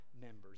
members